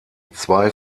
zwei